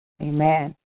Amen